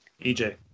EJ